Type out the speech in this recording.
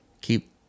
keep